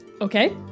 Okay